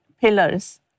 pillars